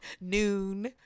noon